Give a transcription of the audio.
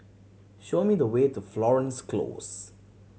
show me the way to Florence Close